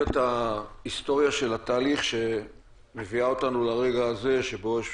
את ההיסטוריה של התהליך שמביא אותנו לרגע הזה שבו יש